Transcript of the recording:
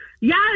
Yes